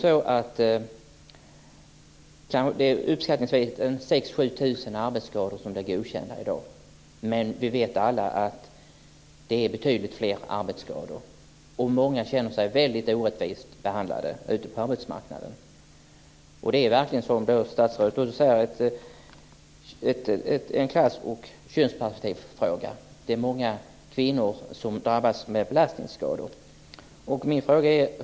6 000-7 000 arbetsskador godkänns i dag, men vi vet alla att det finns betydligt fler arbetsskador. Många känner sig orättvist behandlade ute på arbetsmarknaden. Detta är, som statsrådet säger, en klassoch könsperspektivfråga. Det är många kvinnor som drabbas av belastningsskador.